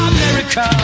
America